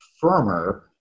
firmer